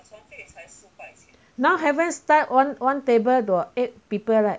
now haven't start one one table got eight people right